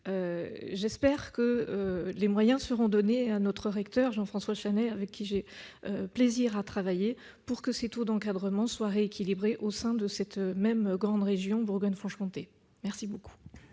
J'espère que les moyens seront donnés à notre recteur Jean-François Chanet, avec lequel j'ai plaisir à travailler, pour que ces taux d'encadrement soient rééquilibrés au sein même de la grande région Bourgogne-Franche-Comté. La parole